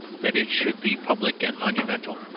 that it should be public and monumental,